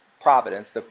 providence